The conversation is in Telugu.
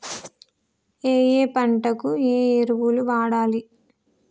ఏయే పంటకు ఏ ఎరువులు వాడాలి?